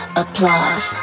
applause